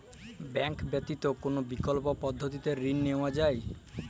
Bank ব্যতিত কোন বিকল্প পদ্ধতিতে ঋণ নেওয়া যায়?